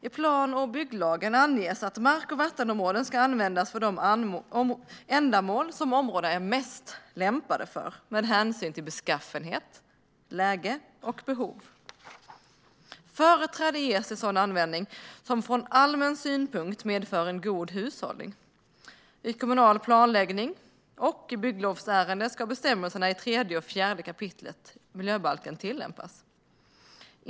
I plan och bygglagen anges att mark och vattenområden ska användas för de ändamål som områdena är mest lämpade för med hänsyn till beskaffenhet, läge och behov. Företräde ska ges åt sådan användning som från allmän synpunkt medför en god hushållning. Vid kommunal planläggning och i bygglovsärenden ska bestämmelserna i 3 och 4 kap. miljöbalken tillämpas.